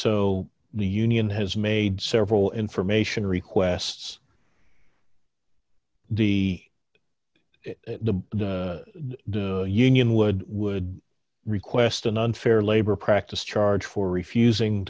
so the union has made several information requests d the union would would request an unfair labor practice charge for refusing